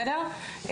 בסדר?